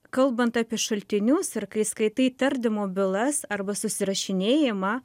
kalbant apie šaltinius ir kai skaitai tardymo bylas arba susirašinėjimą